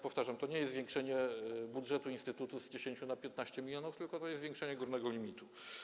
Powtarzam, to nie jest zwiększenie budżetu instytutu z 10 do 15 mln, tylko to jest zwiększenie górnego limitu.